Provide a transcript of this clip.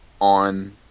on